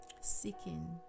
seeking